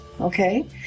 Okay